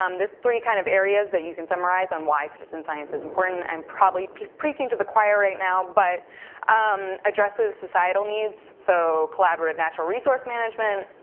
um there's three kind of areas that you can summarize on why citizen science is important. i'm probably preaching to the choir right now, but um addresses societal needs, so collaborative natural resource management,